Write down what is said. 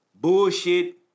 bullshit